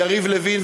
יריב לוין,